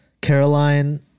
Caroline